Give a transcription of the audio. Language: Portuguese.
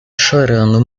chorando